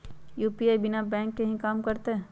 UPI बिना bank के भी कम करतै?